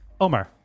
Omar